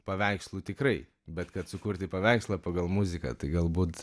paveikslų tikrai bet kad sukurti paveikslą pagal muziką tai galbūt